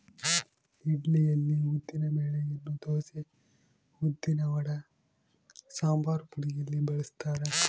ಇಡ್ಲಿಯಲ್ಲಿ ಉದ್ದಿನ ಬೆಳೆಯನ್ನು ದೋಸೆ, ಉದ್ದಿನವಡ, ಸಂಬಾರಪುಡಿಯಲ್ಲಿ ಬಳಸ್ತಾರ